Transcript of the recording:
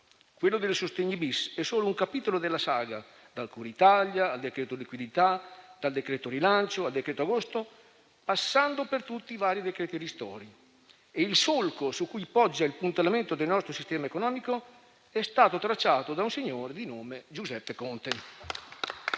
Quello del decreto sostegni-*bis* è solo un capitolo della saga, dal cura Italia al decreto liquidità, dal decreto rilancio al decreto agosto, passando per tutti i vari decreti ristori. Il solco su cui poggia il puntellamento del nostro sistema economico è stato tracciato da un signore di nome Giuseppe Conte